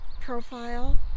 profile